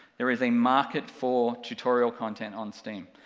there is a market for tutorial content on steam.